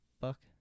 fuck